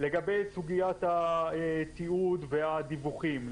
לגבי סוגיית התיעוד והדיווחים.